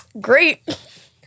Great